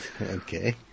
Okay